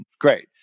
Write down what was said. Great